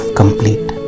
complete